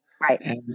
right